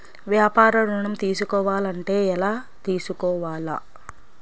వ్యాపార ఋణం తీసుకోవాలంటే ఎలా తీసుకోవాలా?